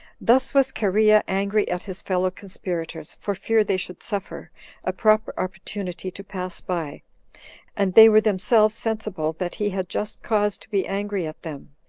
thus was chorea angry at his fellow conspirators, for fear they should suffer a proper opportunity to pass by and they were themselves sensible that he had just cause to be angry at them,